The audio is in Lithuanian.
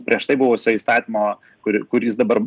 prieš tai buvusio įstatymo kur kur jis dabar